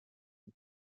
and